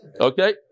Okay